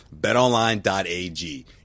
betonline.ag